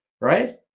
right